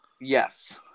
yes